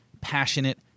passionate